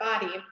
body